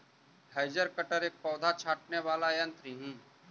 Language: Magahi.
हैज कटर एक पौधा छाँटने वाला यन्त्र ही